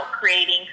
Creating